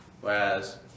Whereas